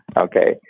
Okay